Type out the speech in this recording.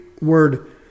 word